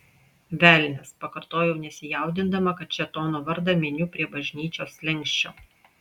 velnias pakartojau nesijaudindama kad šėtono vardą miniu prie bažnyčios slenksčio